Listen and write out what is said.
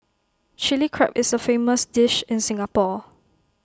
Chilli Crab is A famous dish in Singapore